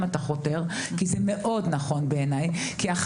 אתה חותר כי זה מאוד נכון בעיניי כי זה